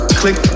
click